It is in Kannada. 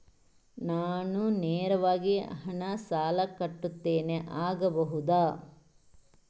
ನಾನು ನೇರವಾಗಿ ಹಣ ಸಾಲ ಕಟ್ಟುತ್ತೇನೆ ಆಗಬಹುದ?